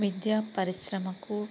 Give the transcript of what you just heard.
విద్యా పరిశ్రమకు